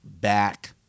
back